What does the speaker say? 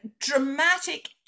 dramatic